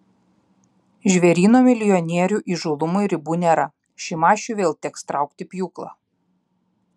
žvėryno milijonierių įžūlumui ribų nėra šimašiui vėl teks traukti pjūklą